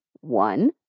one